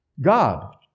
God